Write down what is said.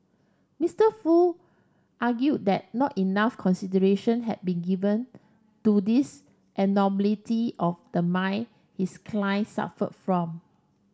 Mister Foo argued that not enough consideration had been given to this abnormality of the mind his client suffered from